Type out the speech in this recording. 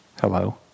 Hello